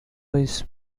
which